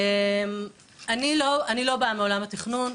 אני לא באה מעולם התכנון,